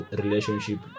relationship